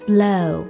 Slow